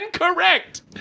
Incorrect